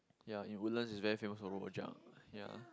ya in Woodlands is very famous for rojak ya